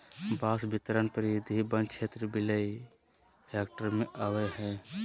बांस बितरण परिधि वन क्षेत्र मिलियन हेक्टेयर में अबैय हइ